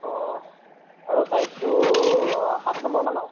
অঁ আৰু চাইজটো সাত নম্বৰ মানৰ